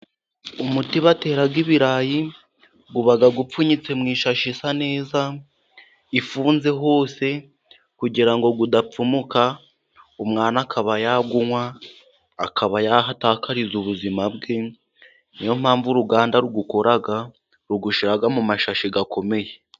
Umuti batera ibirayi, uba upfunyitse mu ishashi isa neza, ifunze hose, kugira ngo udapfumuka, umwana akaba yawunywa akaba yahatakariza ubuzima bwe, niyo mpamvu uruganda ruwukora, ruwushyira mu mashashi akomeye.